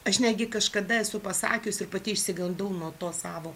aš netgi kažkada esu pasakiusi ir pati išsigandau nuo to savo